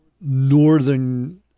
northern